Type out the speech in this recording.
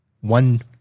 one